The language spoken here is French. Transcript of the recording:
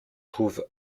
trouve